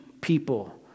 people